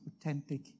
authentic